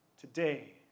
today